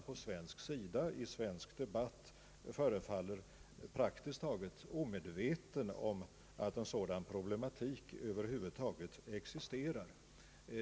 På svensk sida förefaller man emellertid praktiskt taget omedveten om att en sådan problematik över huvud taget existerar.